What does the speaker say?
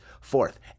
Fourth